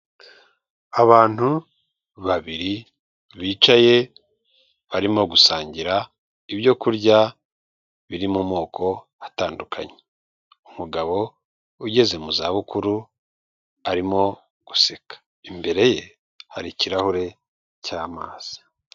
Abantu babiri bicaye barimo gusangira ibyo kurya biri mu moko atandukanye, umugabo ugeze mu za bukuru arimo guseka, imbere ye hari ikirahure cy’ amazi.